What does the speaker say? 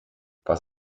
was